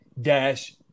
dash